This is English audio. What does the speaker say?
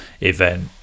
event